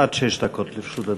עד שש דקות לרשות אדוני.